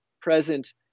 present